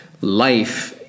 life